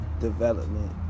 development